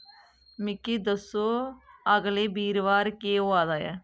मिगी दस्सो अगले बीरबार केह् होआ दा ऐ